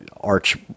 arch